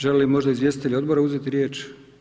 Žele li možda izvjestitelji odbora uzeti riječ?